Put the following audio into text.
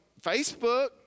Facebook